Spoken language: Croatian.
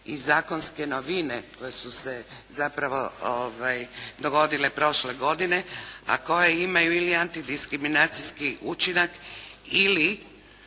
i zakonske novine koje su se zapravo dogodile prošle godine a koje imaju ili antidiskriminacijski učinak ili